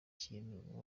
kintu